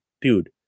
dude